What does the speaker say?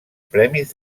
premis